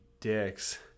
dicks